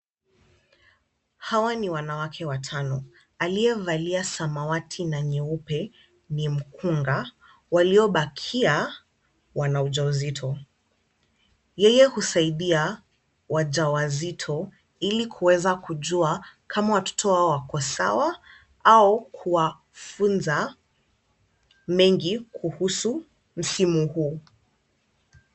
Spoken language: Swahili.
Hawa ni wanawake watano aliyevalia samawati na nyeupe ni mkunga, waliobakia wana ujauzito. Yeye husaidia wajawazito ili kuweza kujua kama watoto wao wako sawa au kuwafunza mengi kuhusu msimu huu.